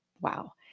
Wow